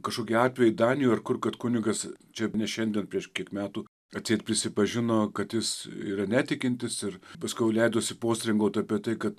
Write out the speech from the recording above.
kažkokie atvejai danijoj ar kur kad kunigas čia ne šiandien prieš kiek metų atseit prisipažino kad jis ir netikintis ir paskiau leidosi postringaut apie tai kad